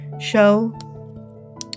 show